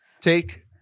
Take